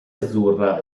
azzurra